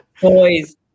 Boys